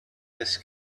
this